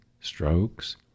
strokes